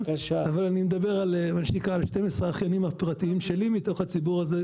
אבל אני מדבר על 12 האחיינים הפרטיים שלי מתוך הציבור הזה,